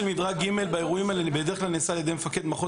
מדרג ג' באירועים האלה בדרך כלל נעשית על ידי מפקד מחוז